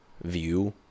view